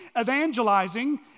evangelizing